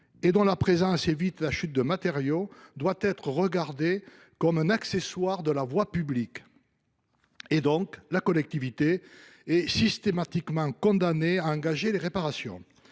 et dont la présence évite la chute de matériaux doit être regardé comme un accessoire de la voie publique. Par conséquent, la collectivité est systématiquement condamnée à engager les réparations.